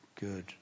good